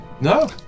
No